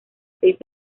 seis